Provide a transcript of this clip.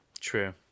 true